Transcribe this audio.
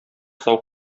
сау